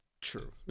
True